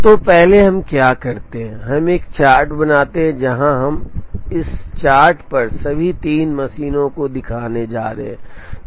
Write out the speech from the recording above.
तो हम पहले क्या करते हैं हम एक चार्ट बनाते हैं जहां हम अब इस चार्ट पर सभी 3 मशीनों को दिखाने जा रहे हैं